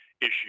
issue